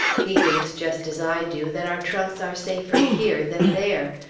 he thinks, just as i do, that our trunks are safer here than there.